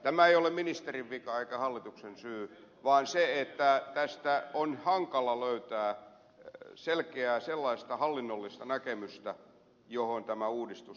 tämä ei ole ministerin vika eikä hallituksen syy vaan tästä on hankala löytää sellaista selkeää hallinnollista näkemystä johon tämä uudistus nojautuu